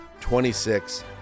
26